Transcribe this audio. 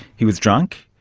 he was drunk,